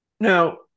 Now